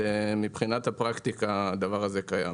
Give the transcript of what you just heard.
יכול